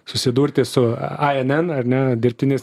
susidurti su a je nen ar ne dirbtinis